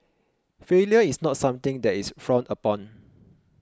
failure is not something that is frowned upon